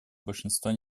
большинства